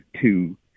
two